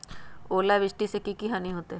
ओलावृष्टि से की की हानि होतै?